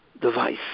device